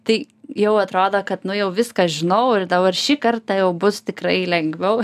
tai jau atrodo kad nu jau viską žinau ir dabar šį kartą jau bus tikrai lengviau